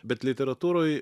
bet literatūroj